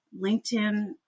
LinkedIn